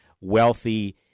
wealthy